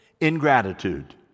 ingratitude